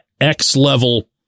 X-level